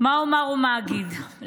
מה אומר ומה אגיד,